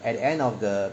at the end of the